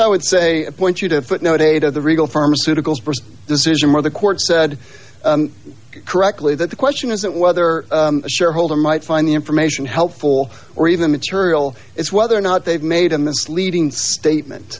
i would say point you to footnote eight of the regal pharmaceuticals st decision where the court said correctly that the question isn't whether a shareholder might find the information helpful or even material it's whether or not they've made a misleading statement